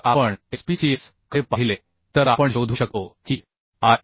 जर आपण SPCS कडे पाहिले तर आपण शोधू शकतो की आय